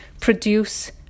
produce